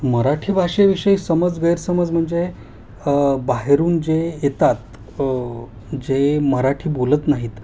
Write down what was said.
मराठी भाषेविषयी समज गैरसमज म्हणजे बाहेरून जे येतात जे मराठी बोलत नाहीत